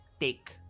take